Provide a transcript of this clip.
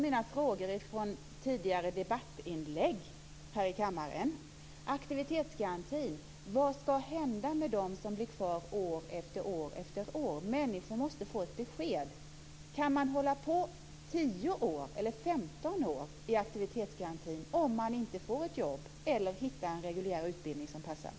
Mina frågor från tidigare debattinlägg här i kammaren kvarstår: Vad ska hända med dem som blir kvar år efter år i aktivitetsgarantin? Människor måste få ett besked. Kan man hålla på i 10 eller i 15 år i aktivitetsgarantin om man inte får ett jobb eller hittar en reguljär utbildning som passar?